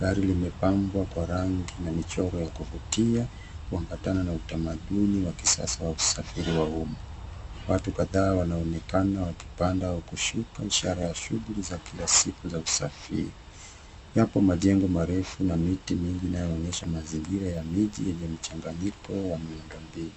Gari limepambwa kwa rangi na michoro ya kuvutia, kuambatana na utamaduni wa kisasa wa usafiri wa umma. Watu kadhaa wanaonekana wakipanda au kushuka, ishara ya shughuli za kila siku za usafiri. Yapo majengo marefu na miti mingi inayoonyesha mazingira ya miji yenye mchanganyiko wa miunda mbinu.